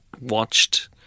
watched